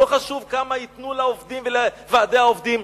לא חשוב כמה ייתנו לעובדים ולוועדי העובדים.